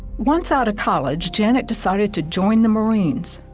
once out of college janet decided to join the marines.